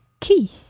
key